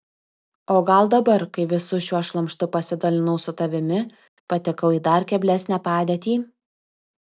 o gal dabar kai visu šiuo šlamštu pasidalinau su tavimi patekau į dar keblesnę padėtį